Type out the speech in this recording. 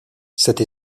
cette